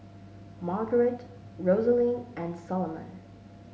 Margaret Rosaline and Solomon